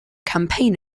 campaign